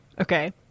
Okay